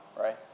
right